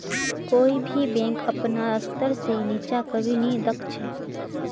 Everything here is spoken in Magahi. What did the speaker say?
कोई भी बैंक अपनार स्तर से नीचा कभी नी दख छे